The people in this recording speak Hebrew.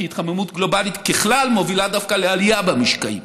כי התחממות גלובלית ככלל מובילה דווקא לעלייה במשקעים.